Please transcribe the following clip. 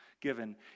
given